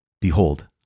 Behold